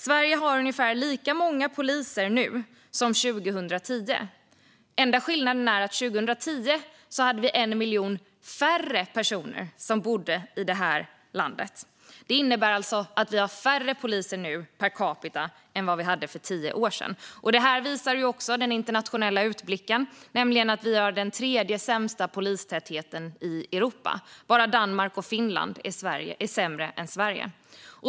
Sverige har ungefär lika många poliser nu som 2010. Enda skillnaden är att vi 2010 hade 1 miljon färre personer som bodde i det här landet. Det innebär alltså att vi har färre poliser nu per capita än vi hade för tio år sedan. Detta visar också den internationella utblicken, nämligen att vi har den tredje sämsta polistätheten i Europa. Bara Danmark och Finland är sämre än Sverige.